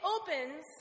opens